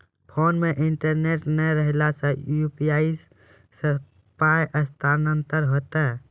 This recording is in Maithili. फोन मे इंटरनेट नै रहला सॅ, यु.पी.आई सॅ पाय स्थानांतरण हेतै?